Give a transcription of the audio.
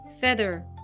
feather